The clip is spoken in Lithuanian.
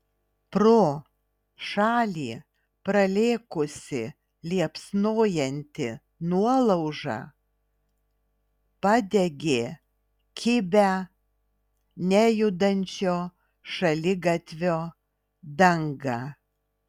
pro šalį pralėkusi liepsnojanti nuolauža padegė kibią nejudančio šaligatvio dangą